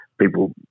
people